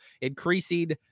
Increasing